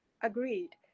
agreed